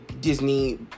disney